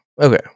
okay